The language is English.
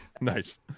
Nice